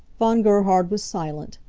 von gerhard was silent.